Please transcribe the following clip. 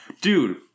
Dude